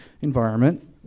environment